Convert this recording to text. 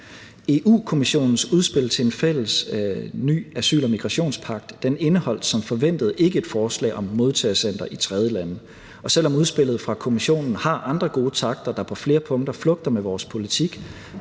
Europa-Kommissionens udspil til en ny fælles asyl- og migrationspagt indeholdt som forventet ikke et forslag om modtagecentre i tredjelande. Og selv om udspillet fra Kommissionen har andre gode takter, der på flere punkter flugter med vores politik,